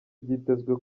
byitezwe